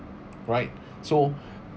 right so